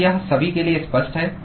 क्या यह सभी के लिए स्पष्ट है